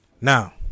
Now